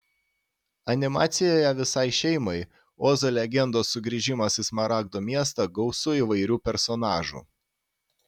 animacijoje visai šeimai ozo legendos sugrįžimas į smaragdo miestą gausu įvairių personažų